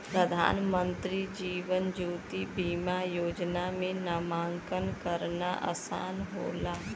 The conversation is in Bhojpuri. प्रधानमंत्री जीवन ज्योति बीमा योजना में नामांकन करना आसान होला